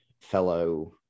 fellow